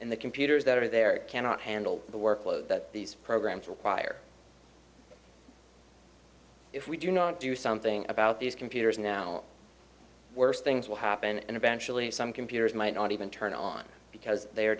and the computers that are there it cannot handle the workload that these programs require if we do not do something about these computers now worse things will happen and eventually some computers might not even turn on because they are